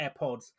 AirPods